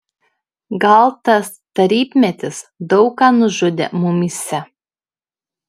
gal tas tarybmetis daug ką nužudė mumyse